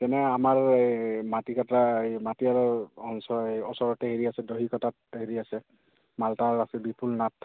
যেনে আমাৰ এই মাটি কাটা এই মাটিয়াৰ আৰু অঞ্চল এই ওচৰতে হেৰি আছে দহি কটাত হেৰি আছে মালটাৰ আছে বিপুল নাথ